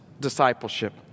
discipleship